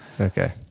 Okay